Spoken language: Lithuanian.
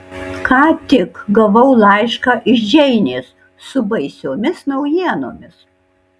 ką tik gavau laišką iš džeinės su baisiomis naujienomis